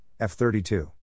f32